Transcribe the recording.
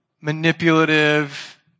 manipulative